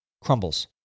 crumbles